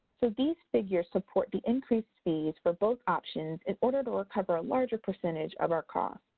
so, these figures support the increased fees for both options in order to recover a larger percentage of our costs.